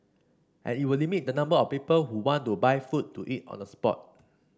and it will limit the number of people who want to buy food to eat on the spot